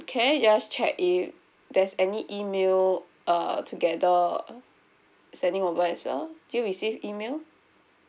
can I just check if there's any email uh together sending over as well do you receive email